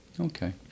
Okay